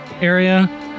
area